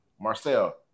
Marcel